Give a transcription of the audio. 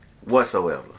whatsoever